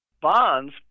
Bonds